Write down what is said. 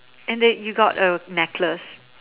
and it you got a necklace